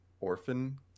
orphan